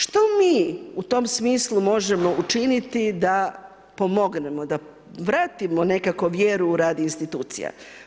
Što mi u tom smislu možemo učiniti da pomognemo, da vratimo nekako vjeru u rad institucija?